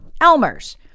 Elmers